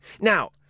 Now